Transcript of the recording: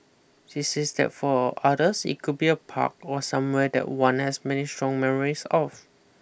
she says that for others it could be a park or somewhere that one has many strong memories of